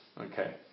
Okay